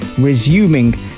resuming